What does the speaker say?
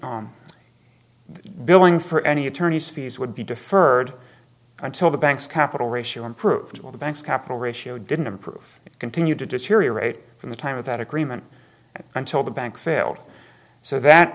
billing for any attorney's fees would be deferred until the bank's capital ratio improved or the bank's capital ratio didn't improve and continued to deteriorate from the time of that agreement until the bank failed so that